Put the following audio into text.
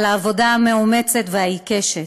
על העבודה המאומצת והעיקשת.